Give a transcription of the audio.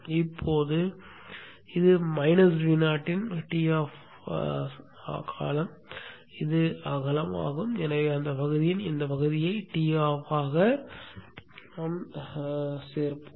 இப்போது இது minus Vo இன் Toff ஆகும் இது அகலம் ஆகும் எனவே அந்தப் பகுதியின் இந்தப் பகுதியை Toff ஆகக் கூட்டுவோம்